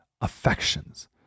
affections